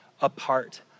apart